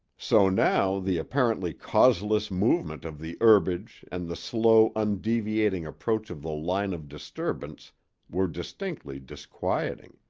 so now the apparently causeless movement of the herbage and the slow, undeviating approach of the line of disturbance were distinctly disquieting.